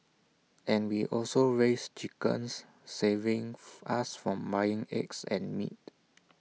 and we also raise chickens saving us from buying eggs and meat